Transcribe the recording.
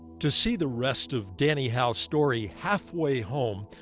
to see the rest of danny howe's story, halfway home,